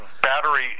Battery